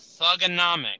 thugonomics